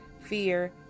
fear